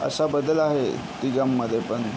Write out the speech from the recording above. असा बदल आहे तिघांमधे पण